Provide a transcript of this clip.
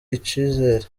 icizere